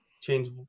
change